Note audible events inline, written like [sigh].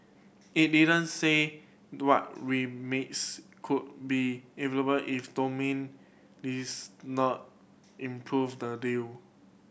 it didn't say what [unintelligible] could be available if [unintelligible] this not improve the deal